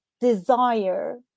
desire